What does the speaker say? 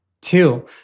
Two